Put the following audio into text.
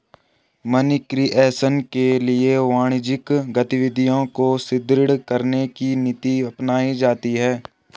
money creation के लिए वाणिज्यिक गतिविधियों को सुदृढ़ करने की नीति अपनाई जाती है